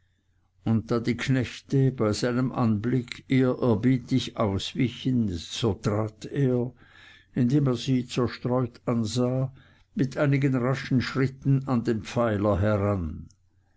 und da die knechte bei seinem anblick ehrerbietig auswichen so trat er indem er sie zerstreut ansah mit einigen raschen schritten an den pfeiler heran